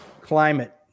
climate